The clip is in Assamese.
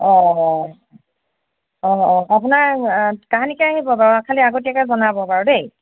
অঁ অঁ অঁ আপোনাৰ কাহানিকৈ আহিব বাৰু খালি আগতীয়াকৈ জনাব আৰু দেই